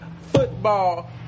football